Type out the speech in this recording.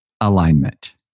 alignment